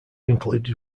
included